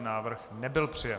Návrh nebyl přijat.